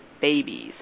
babies